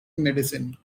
medicine